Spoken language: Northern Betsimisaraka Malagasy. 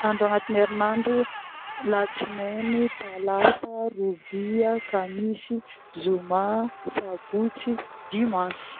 Andro agnatiny herinandro: Latsinegny, Talata, Robia, Kamisy, Zoma, Sabotsy, Dimansy